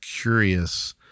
curious